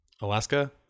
Alaska